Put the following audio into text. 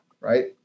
right